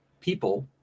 people